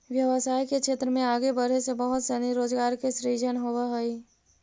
व्यवसाय के क्षेत्र में आगे बढ़े से बहुत सनी रोजगार के सृजन होवऽ हई